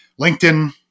LinkedIn